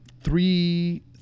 three